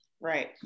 right